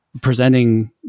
presenting